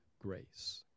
grace